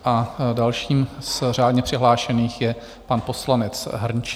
A dalším z řádně přihlášených je pan poslanec Hrnčíř.